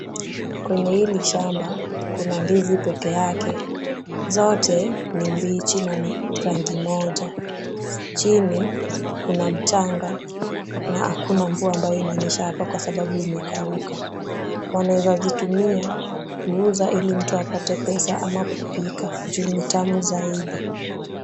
Kwenye hili shamba, kuna ndizi peke yake. Zote ni mbichi na ni rangi moja. Chini kuna mchanga, na hakuna mvua ambayo inanyesha hapa kwa sababu imekauka. Wanaweza zitumia kuuza ili mtu apate pesa ama kupika juu ni tamu zaidi.